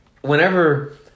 whenever